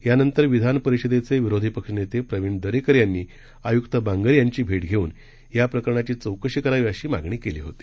यानंतर विधानपरिषदेचे विरोधी पक्षनेते प्रवीण दरेकर यांनी आयुक्त बांगर यांची भेट घेऊन या प्रकरणाची चौकशी करावी अशी मागणी केली होती